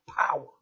power